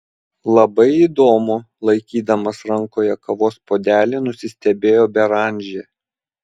labai įdomu laikydamas rankoje kavos puodelį nusistebėjo beranžė